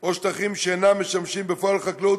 או שטחים שאינם משמשים בפועל לחקלאות,